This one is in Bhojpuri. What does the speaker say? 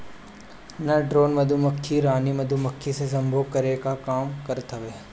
नर ड्रोन मधुमक्खी रानी मधुमक्खी से सम्भोग करे कअ काम करत हवे